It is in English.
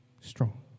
strong